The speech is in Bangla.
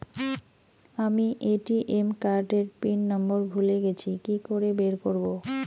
আমি এ.টি.এম কার্ড এর পিন নম্বর ভুলে গেছি কি করে বের করব?